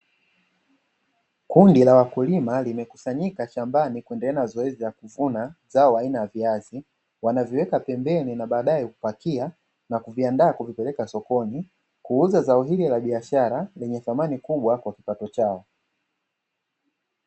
Kundi la wakulima limekusanyika shambani kuendelea na zoezi la kuvuna zao aina ya viazi, wanaviweka pembeni na baadaye kupakia na kuviandaa kuvipeleka sokoni kuuza zao hili la biashara lenye thamani kubwa kwa kipato chao.